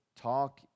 talk